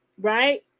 right